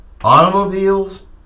automobiles